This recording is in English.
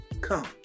come